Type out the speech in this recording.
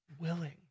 willing